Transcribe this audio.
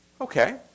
Okay